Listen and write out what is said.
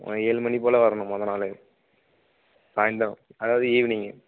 ஆ ஏழு மணி போல் வரணும் மொதல் நாளே சாயந்திரம் அதாவது ஈவினிங்கு